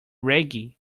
reggae